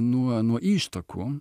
nuo nuo ištakų